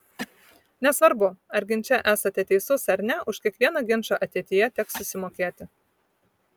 nesvarbu ar ginče esate teisus ar ne už kiekvieną ginčą ateityje teks susimokėti